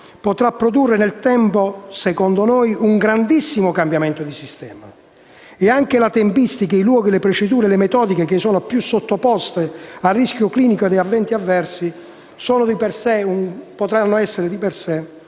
potrà produrre nel tempo, secondo noi, un grandissimo cambiamento di sistema. Anche la tempistica, i luoghi, le procedure e le metodiche che sono più sottoposte a rischio clinico di eventi avversi potranno essere di per sé